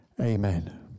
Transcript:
Amen